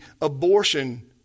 abortion